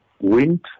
wind